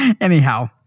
Anyhow